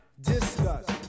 Discuss